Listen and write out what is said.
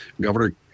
Governor